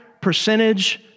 percentage